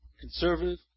conservative